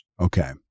Okay